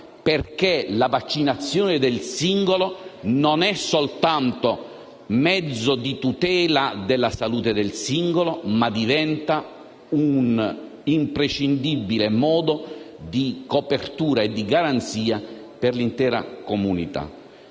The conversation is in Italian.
perché la vaccinazione del singolo non è soltanto mezzo di tutela della salute dello stesso, ma diventa un imprescindibile modo di copertura e di garanzia per l'intera comunità.